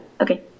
Okay